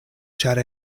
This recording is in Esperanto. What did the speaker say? ĉar